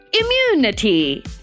immunity